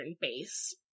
base